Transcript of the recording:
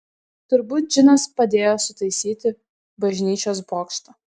turbūt džinas padėjo sutaisyti bažnyčios bokštą